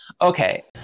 Okay